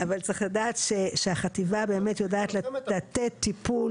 אבל צריך לדעת שהחטיבה באמת יודעת לתת טיפול.